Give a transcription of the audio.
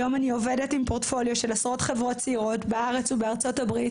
היום אני עובדת עם פורט פוליו של עשרות חברות צעירות בארץ ובארה"ב,